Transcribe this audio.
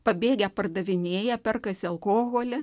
pabėgę pardavinėja perkasi alkoholį